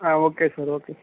okay sir okay